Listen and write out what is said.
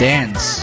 Dance